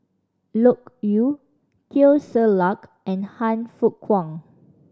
Loke Yew Teo Ser Luck and Han Fook Kwang